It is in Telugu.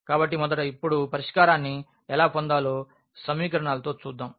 కాబట్టి మొదట ఇప్పుడు పరిష్కారాన్ని ఎలా పొందాలో సమీకరణాలతో చూద్దాం